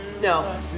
No